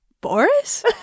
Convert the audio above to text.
Boris